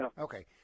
okay